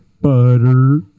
butter